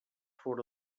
fora